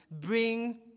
bring